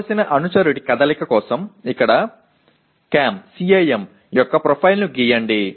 కావలసిన అనుచరుడి కదలిక కోసం ఇక్కడ CAM యొక్క ప్రొఫైల్ను గీయండి